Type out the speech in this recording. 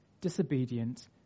disobedient